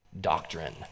Doctrine